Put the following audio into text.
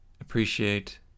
appreciate